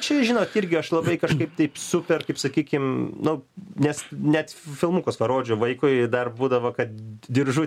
čia žinot irgi aš labai kažkaip taip super kaip sakykim nu nes net filmukus parodžiau vaikui dar būdavo kad diržu